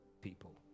people